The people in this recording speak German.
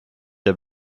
der